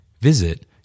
Visit